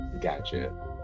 Gotcha